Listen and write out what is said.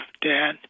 dad